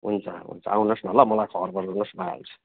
हुन्छ हुन्छ आउनुहोस् न ल मलाई खबर गरिदिनुहोस् भइहाल्छ